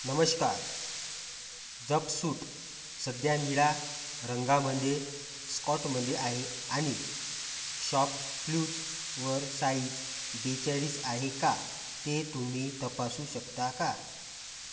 नमस्कार jumpsuit सध्या निळा रंगामध्ये स्कॉटमध्ये आहे आणि शॉपक्लूजवर साइज बेचाळीस आहे का ते तुम्ही तपासू शकता का